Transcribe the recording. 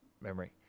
memory